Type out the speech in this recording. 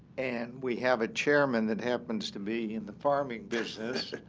and we have a chairman that happens to be in the farming business.